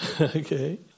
okay